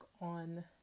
on